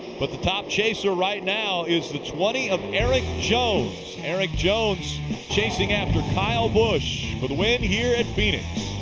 but the top chaser right now is the twenty of erik jones. erik jones chasing after kyle busch for the win here at phoenix.